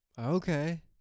Okay